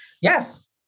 Yes